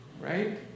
right